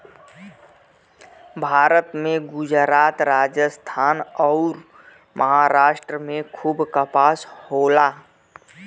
भारत में गुजरात, राजस्थान अउर, महाराष्ट्र में खूब कपास होला